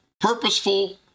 purposeful